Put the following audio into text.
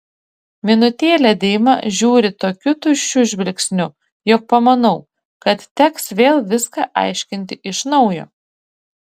minutėlę deima žiūri tokiu tuščiu žvilgsniu jog pamanau kad teks vėl viską aiškinti iš naujo